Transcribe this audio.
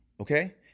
Okay